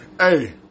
Hey